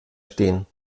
stehen